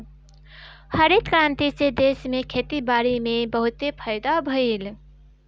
हरित क्रांति से देश में खेती बारी में बहुते फायदा भइल